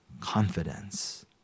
confidence